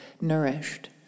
nourished